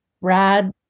rad